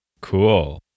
Cool